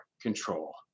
control